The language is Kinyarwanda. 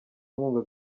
inkunga